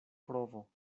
provo